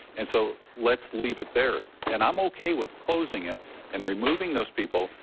and so let's leave it there. and i'm okay with closing it and removing those people.